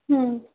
हँ